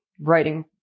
writing